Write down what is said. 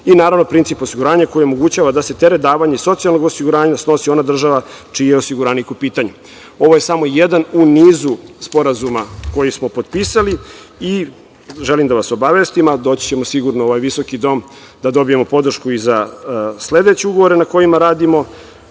i, naravno, princip osiguranja koji omogućava da teret davanja iz socijalnog osiguranja snosi ona država čiji je osiguranik u pitanju. Ovo je samo jedan u nizu sporazuma koji smo potpisali. Želim da vas obavestim, a doći ćemo sigurno u ovaj visoki dom da dobijemo podršku i za sledeće ugovore na kojima radimo.